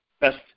best